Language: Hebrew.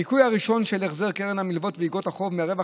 הניכוי הראשון של החזר קרן המלוות ואיגרות החוב מהרווח